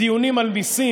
דיון על מס,